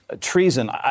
treason